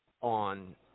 on